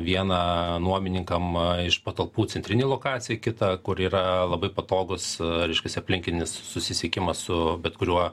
viena nuomininkam iš patalpų centrinėj lokacijoj kita kur yra labai patogus reiškiasi aplinkinis susisiekimas su bet kuriuo